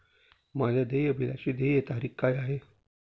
माझ्या देय बिलाची देय तारीख काय आहे?